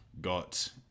got